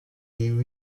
liu